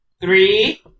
three